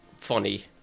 funny